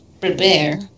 prepare